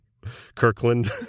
kirkland